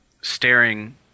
staring